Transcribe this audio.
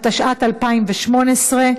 התשע"ט 2018,